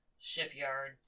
Shipyard